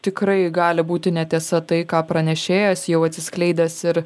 tikrai gali būti netiesa tai ką pranešėjas jau atsiskleidęs ir